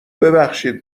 ببخشید